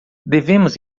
devemos